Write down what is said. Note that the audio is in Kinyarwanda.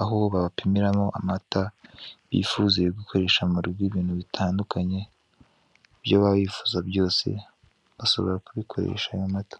aho babapimiramo amata bifuza gukoresha murugo ibintu bitandukanye ibyo baba bifuza byose bashobora kubikoreshamo amata